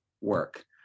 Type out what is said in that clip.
work